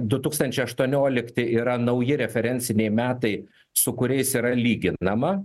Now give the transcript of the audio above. du tūkstančiai aštuoniolikti yra nauji referenciniai metai su kuriais yra lyginama